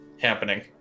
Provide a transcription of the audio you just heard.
happening